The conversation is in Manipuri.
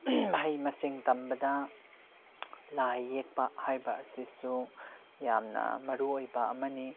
ꯃꯍꯩ ꯃꯁꯤꯡ ꯇꯝꯕꯗ ꯂꯥꯏ ꯌꯦꯛꯄ ꯍꯥꯏꯕ ꯑꯁꯤꯁꯨ ꯌꯥꯝꯅ ꯃꯔꯨ ꯑꯣꯏꯕ ꯑꯃꯅꯤ